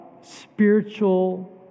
spiritual